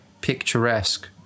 picturesque